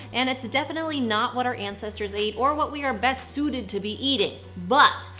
and it's definitely not what our ancestors ate or what we are best suited to be eating. but,